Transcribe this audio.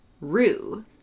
Rue